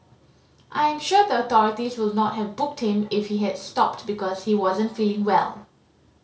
I am sure the authorities would not have booked him if he had stopped because he wasn't feeling well